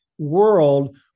world